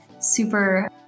super